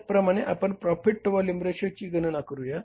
त्याचप्रमाणे आपण profit to volume रेशोची गणना करूया